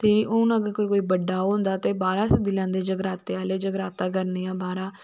ते हून अगर कोई बड़ा होंदा ते बाहरा सद्धी लैंदे न जगराते आहले जगराता करने गी बाहरा